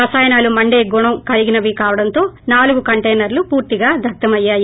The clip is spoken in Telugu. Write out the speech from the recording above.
రసాయనాలు మండే గుణం కలిగినవి కావడంతో నాలు కంటైనర్లు పూర్తిగా దగ్దమయ్యాయి